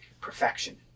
perfection